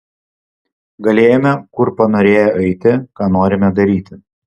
galėjome kur panorėję eiti ką norime daryti